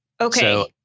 Okay